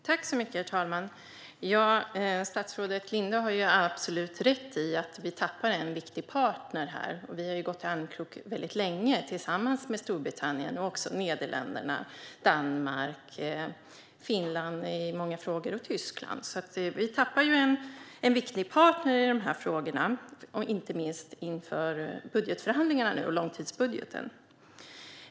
Herr talman! Statsrådet Linde har absolut rätt i att vi tappar en viktig partner. Vi har väldigt länge gått i armkrok med Storbritannien men också Nederländerna, Danmark, i många frågor Finland samt Tyskland. Vi tappar en viktig partner i de här frågorna, inte minst inför förhandlingarna om långtidsbudgeten.